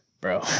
bro